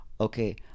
okay